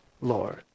Lord